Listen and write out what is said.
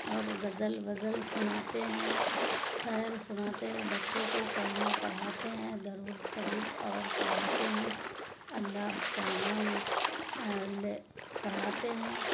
اور غزل غزل سناتے ہیں شعر سناتے ہیں بچوں کو کلمہ پڑھاتے ہیں درود شریف اور پڑھاتے ہیں اللہ کا نام لے پڑھاتے ہیں